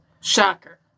Shocker